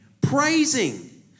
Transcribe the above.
praising